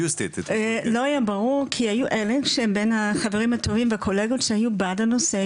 כי היו אלה שהם בין החברים הטובים והקולגות שהיו בעד הנושא,